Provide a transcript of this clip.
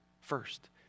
First